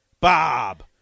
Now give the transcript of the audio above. Bob